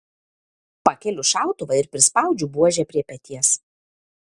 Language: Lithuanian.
pakeliu šautuvą ir prispaudžiu buožę prie peties